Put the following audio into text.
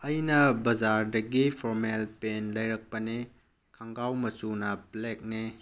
ꯑꯩꯅ ꯕꯖꯥꯔꯗꯒꯤ formal pen ꯂꯩꯔꯛꯄꯅꯦ ꯈꯣꯡꯒ꯭ꯔꯥꯎ ꯃꯆꯨꯅ ꯕ꯭ꯂꯦꯛꯅꯦ